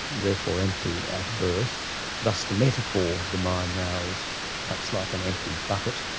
therefore empty at birth. thus the metaphor of the mind now is perhaps like an empty bucket,